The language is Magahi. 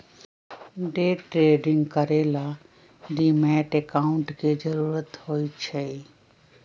डे ट्रेडिंग करे ला डीमैट अकांउट के जरूरत होई छई